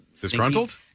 Disgruntled